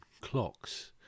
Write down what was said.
clocks